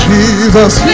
Jesus